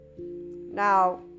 now